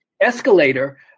escalator